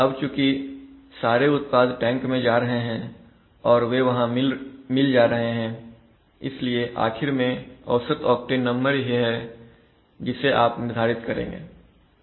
अब चुंकी सारे उत्पाद टैंक में जा रहे हैं और वे वहां मिल जा रहे हैं इसलिए आखिर में औसत ऑक्टेन नंबर ही है जिसे आप निर्धारित करेंगे